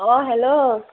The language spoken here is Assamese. অঁ হেল্ল'